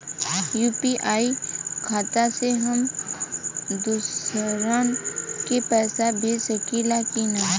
UPI खाता से हम दुसरहु के पैसा भेज सकीला की ना?